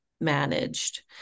managed